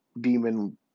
demon